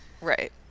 Right